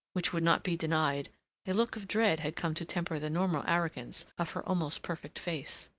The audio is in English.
which would not be denied a look of dread had come to temper the normal arrogance of her almost perfect face.